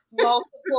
multiple